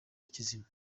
kizima